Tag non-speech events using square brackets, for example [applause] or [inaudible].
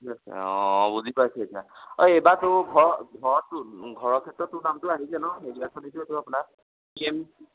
ঠিক আছে অঁ বুজি পাইছোঁ এতিয়া অঁ এইবাৰ তোৰ ঘৰ ঘৰতো ঘৰৰ ক্ষেত্ৰত তোৰ নামটো আহিছে ন [unintelligible] পি এম